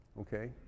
Okay